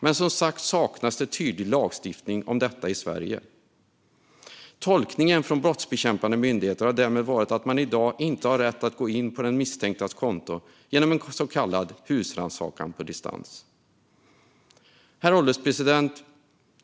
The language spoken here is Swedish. Men det saknas som sagt tydlig lagstiftning om detta i Sverige. Tolkningen från brottsbekämpande myndigheter har därmed varit att man i dag inte har rätt att gå in på den misstänktes konto genom en så kallad husrannsakan på distans. Herr ålderspresident!